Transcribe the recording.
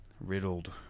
riddled